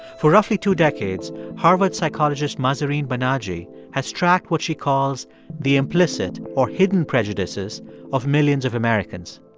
for roughly two decades, harvard psychologist mahzarin banaji has tracked what she calls the implicit or hidden prejudices of millions of americans.